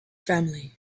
family